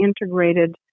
integrated